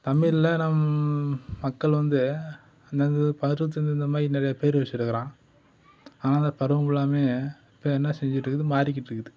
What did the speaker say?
தமிழில் நம்ம மக்கள் வந்து அந்தந்த பருவத்துக்கு தகுந்த மாதிரி நிறைய பெயர் வச்சிருக்கிறான் ஆனால் அந்த பருவம் எல்லாம் இப்போ என்ன செஞ்சிட்டுருக்குது மாறிக்கிட்டுருக்குது